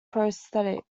prosthetic